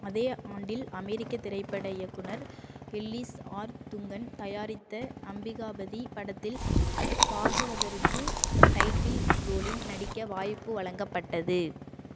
அதே ஆண்டில் அமெரிக்க திரைப்பட இயக்குனர் எல்லிஸ் ஆர் துங்கன் தயாரித்த அம்பிகாபதி படத்தில் பாகவதருக்கு டைட்டில் ரோலில் நடிக்க வாய்ப்பு வழங்கப்பட்டது